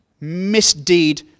misdeed